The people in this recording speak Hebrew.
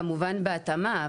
כמובן בהתאמה,